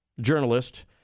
journalist